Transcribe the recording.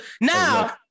Now